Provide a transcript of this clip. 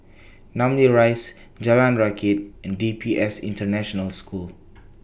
Namly Rise Jalan Rakit and D P S International School